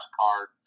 card